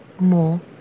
more